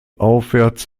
aufwärts